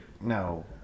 No